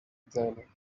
then